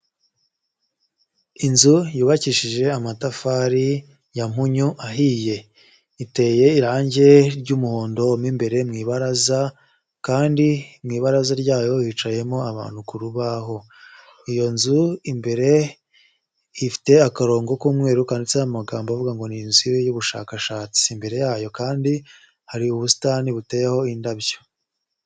Inzu yubakishije amatafari ya mpunyu ahiye, iteye irangi ry'umuhondo mo imbere mu ibaraza kandi mu ibaraza ryayo hicayemo abantu ku rubaho iyo nzu imbere ifite akarongo k'umweru kanditseho amagambo avuga ngo ni inzu y'ubushakashatsi imbere yayo kandi hari ubusitani buteyeho indabyo.